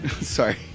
Sorry